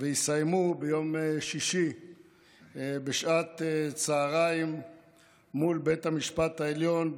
ויסיימו ביום שישי בשעת צוהריים מול בית המשפט העליון,